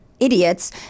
Idiots